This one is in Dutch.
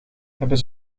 hebben